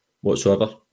whatsoever